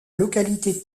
localité